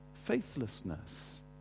faithlessness